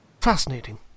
Fascinating